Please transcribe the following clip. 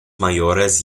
mayores